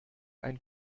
ein